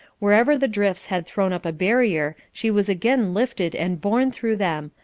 wherever the drifts had thrown up a barrier she was again lifted and borne through them,